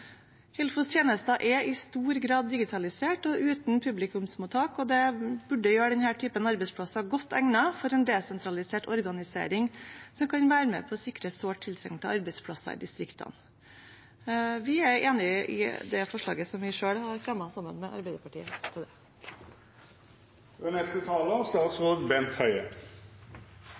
Helfos tjenester er i stor grad digitalisert og uten publikumsmottak, og det burde gjøre denne typen arbeidsplasser godt egnet for en desentralisert organisering, som kan være med på å sikre sårt tiltrengte arbeidsplasser i distriktene. Vi er enige i forslaget vi selv har fremmet sammen med Arbeiderpartiet. Jeg er glad for at komiteens flertall har sluttet seg til